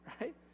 right